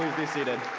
be seated.